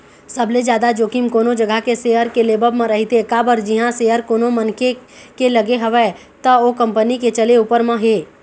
सबले जादा जोखिम कोनो जघा के सेयर के लेवब म रहिथे काबर जिहाँ सेयर कोनो मनखे के लगे हवय त ओ कंपनी के चले ऊपर म हे